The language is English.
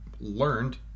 learned